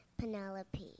Penelope